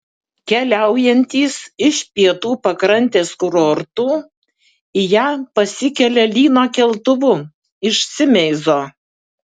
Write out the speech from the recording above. keliaujantys iš pietų pakrantės kurortų į ją pasikelia lyno keltuvu iš simeizo